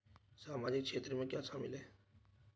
सामाजिक क्षेत्र में क्या शामिल है?